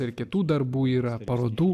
ir kitų darbų yra parodų